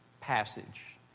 passage